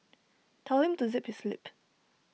tell him to zip his lip